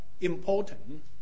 important